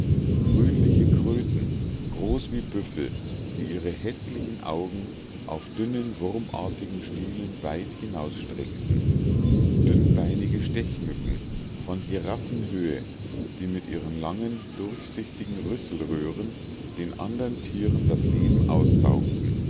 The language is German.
grünliche kröten groß wie büffel die ihre häßlichen augen auf dünnen wurmartigen stielen weit hinausstreckten dünnbeinige stechmücken von giraffenhöhe die mit ihren langen durchsichtigen rüsselröhren den andern tieren das leben aussaugten